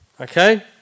Okay